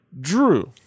Drew